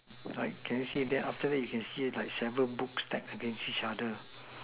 like can you see that after that you can see it seven books stacked together